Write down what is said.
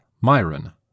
Myron